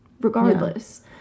regardless